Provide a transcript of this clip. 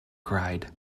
cried